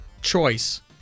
choice